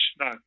no